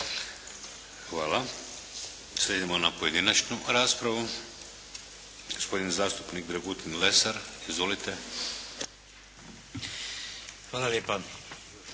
Hvala. Sada idemo na pojedinačnu raspravu. Gospodin zastupnik Dragutin Lesar. Izvolite. **Lesar,